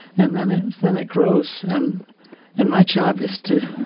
and then it then it grows. and and my job is to